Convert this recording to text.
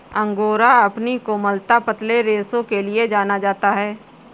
angora अपनी कोमलता, पतले रेशों के लिए जाना जाता है